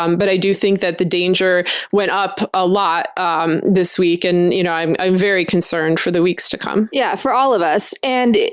um but i do think that the danger went up a lot um this week. and you know i'm i'm very concerned for the weeks to come. yeah, for all of us. and,